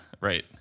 Right